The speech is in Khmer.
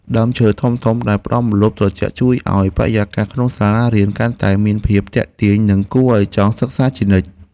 ដើមឈើធំៗដែលផ្តល់ម្លប់ត្រជាក់ជួយឱ្យបរិយាកាសក្នុងសាលារៀនកាន់តែមានភាពទាក់ទាញ និងគួរឱ្យចង់សិក្សាជានិច្ច។